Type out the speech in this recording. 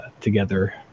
together